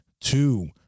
two